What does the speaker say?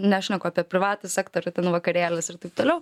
nešneku apie privatų sektorių ten vakarėlius ir taip toliau